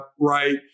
right